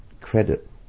credit